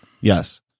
yes